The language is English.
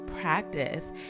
practice